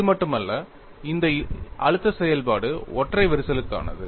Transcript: இது மட்டுமல்ல இந்த அழுத்த செயல்பாடு ஒற்றை விரிசலுக்கானது